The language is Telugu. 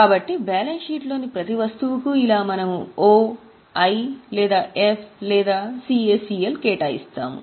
కాబట్టి బ్యాలెన్స్ షీట్లోని ప్రతి వస్తువుకు ఇలా మనము O I లేదా F లేదా CACL కేటాయిస్తాము